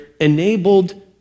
enabled